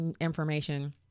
information